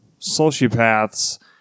sociopaths